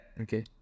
Okay